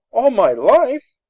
all my life!